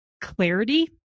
clarity